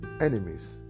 enemies